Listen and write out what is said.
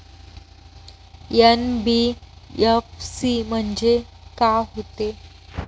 NBFC म्हणजे का होते?